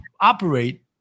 operate